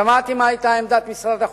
שמעתי מה היתה עמדת משרד החוץ,